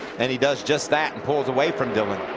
and he does just that and pulls away from dillon.